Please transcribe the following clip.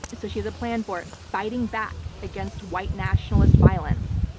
so she has a plan for fighting back against white nationalist violence.